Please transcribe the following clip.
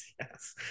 Yes